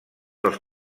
els